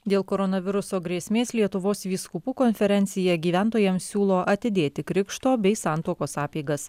dėl koronaviruso grėsmės lietuvos vyskupų konferencija gyventojams siūlo atidėti krikšto bei santuokos apeigas